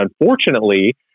unfortunately